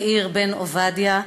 מאיר בן-עובדיה,